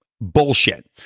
Bullshit